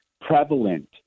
prevalent